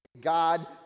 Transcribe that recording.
God